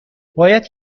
باید